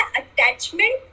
attachment